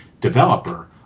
developer